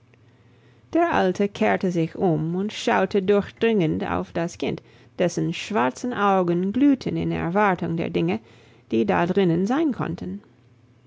der alte kehrte sich um und schaute durchdringend auf das kind dessen schwarze augen glühten in erwartung der dinge die da drinnen sein konnten